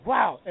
Wow